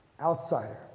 outsider